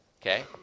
Okay